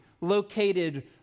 located